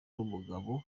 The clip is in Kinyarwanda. n’umugabo